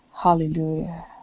Hallelujah